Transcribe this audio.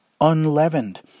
unleavened